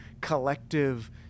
collective